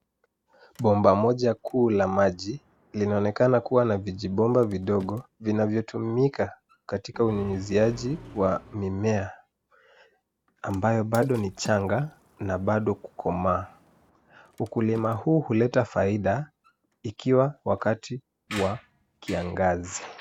Bomba moja kuu la maji linaonekana kuwa na vijibomba vidogo vinayvotumika katika unyunyuziaji wa mimea ambayo bado ni changa na bado kukomaa. Ukulima huu huleta faida ikiwa wakati wa kiangazi.